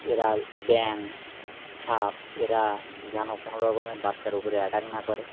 এরা ব্যাঙ সাপ এরা যেন কোনো রকমের বাচ্চার ওপরে অ্যাটাক না করে